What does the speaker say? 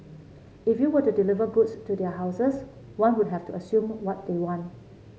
if you were to deliver goods to their houses one would have to assume what they want